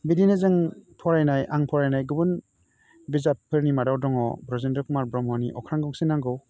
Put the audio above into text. बिदिनो जों फरायनाय आं फरायनाय बिजाबफोरनि मादाव दङ ब्रजेन्द्र कुमार ब्रह्मनि अख्रां गंसे नांगौ